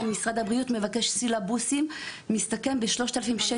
משרד הבריאות מבקש סילבוסים מסתכם ב-3,000 ש"ח.